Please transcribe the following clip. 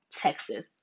Texas